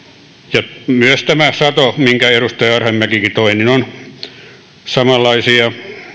ja myös tämä sato minkä edustaja arhinmäkikin toi jolla on samanlaisia